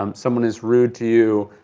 um someone is rude to you,